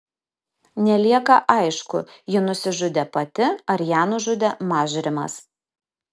nelieka aišku ji nusižudė pati ar ją nužudė mažrimas